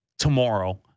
tomorrow